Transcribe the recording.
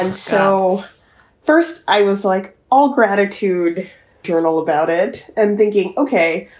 and so first i was like all gratitude journal about it and thinking, ok,